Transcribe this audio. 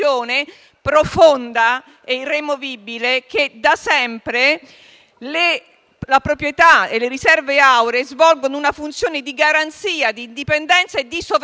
profonda e irremovibile, che da sempre le proprietà e le riserve auree svolgono una funzione di garanzia, di indipendenza e di sovranità